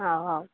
ହଉ ହଉ